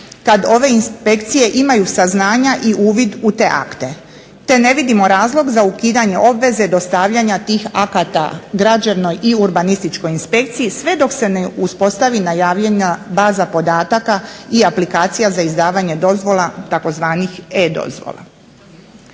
kada ove inspekcije imaju saznanja i uvid u te akte, te ne vidimo razlog za ukidanje obveze dostavljanja tih akata Građevnoj i Urbanističkoj inspekciji sve dok se ne uspostavi najavljena baza podataka i aplikacija za izdavanje dozvola tzv. e-dozvola.